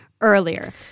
earlier